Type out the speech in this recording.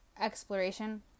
exploration